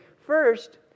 first